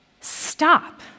stop